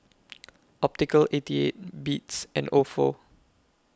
Optical eighty eight Beats and Ofo